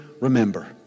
remember